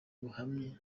buhamye